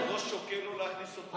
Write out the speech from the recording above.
היושב-ראש שוקל שלא להכניס אותו,